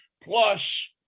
plus